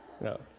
No